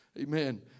Amen